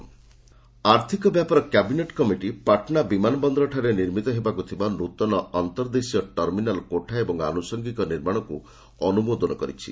cabinet Patna ଆର୍ଥିକ ବ୍ୟାପାର cabinet committee Patna ବିମାନ ବନ୍ଦରଠାରେ ନିର୍ମିତ ହେବାକୁ ଥିବା ନୃତନ ଅର୍ତ୍ତଦେଶୀୟ ଟର୍ମିନାଲ୍ କୋଠା ଏବଂ ଆନୁସଙ୍ଗୀକ ନିର୍ମାଣକୁ ଅନୁମୋଦନ କରିଛି